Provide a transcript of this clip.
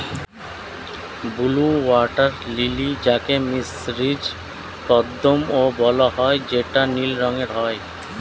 blue water lily যাকে মিসরীয় পদ্মও বলা হয় যেটা নীল রঙের হয়